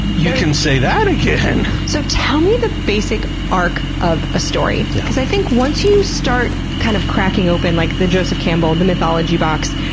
you can say that again! so tell me the basic arc of a story. because i think once you start kind of cracking open, like, the joseph campbell, the mythology box,